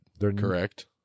correct